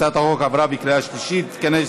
הצעת החוק עברה בקריאה שלישית ותיכנס